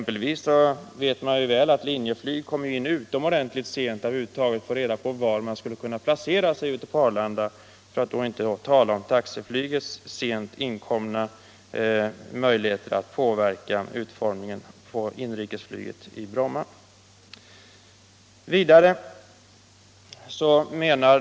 Man vet ju exempelvis väl att Linjeflyg kom in i Arlandafrågan utomordentligt sent när det var fråga om var man skulle placeras ute på Arlanda, för att då inte tala om taxiflygets möjligheter att påverka sin placering.